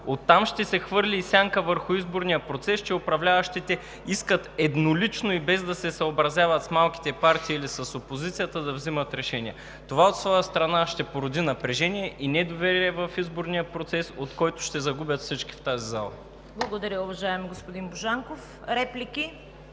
Оттам ще се хвърли и сянка върху изборния процес, че управляващите искат еднолично и без да се съобразяват с малките партии или с опозицията, да вземат решение. Това от своя страна ще породи напрежение и недоверие в изборния процес, от който ще загубят всички в тази зала. ПРЕДСЕДАТЕЛ ЦВЕТА КАРАЯНЧЕВА: Благодаря, уважаеми господин Божанков. Реплики?